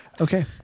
okay